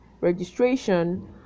registration